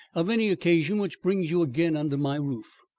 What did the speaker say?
of any occasion which brings you again under my roof,